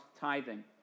tithing